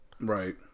Right